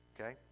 Okay